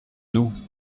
nous